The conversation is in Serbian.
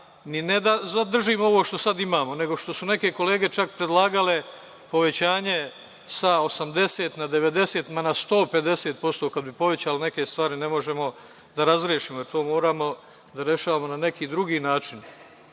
ne da zadržimo ovo što sad imamo, nego što su neke kolege čak predlagale povećanje sa 80% na 90%, ma na 150% kad bi povećali neke stvari ne možemo da razrešimo, jer to moramo da rešavamo na neki drugi način. Evo,